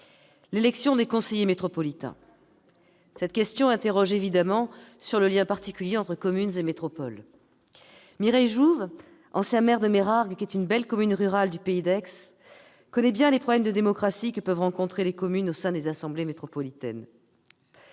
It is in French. l'élection des conseillers métropolitains, qui soulève évidemment celle du lien particulier entre communes et métropoles. Mireille Jouve, ancienne maire de Meyrargues, belle commune rurale du Pays d'Aix, connaît bien les problèmes de démocratie que peuvent rencontrer les communes au sein des assemblées métropolitaines.